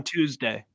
Tuesday